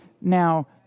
Now